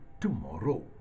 tomorrow